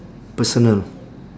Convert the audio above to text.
personal